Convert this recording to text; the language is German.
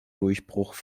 durchbruch